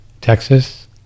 Texas